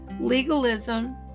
Legalism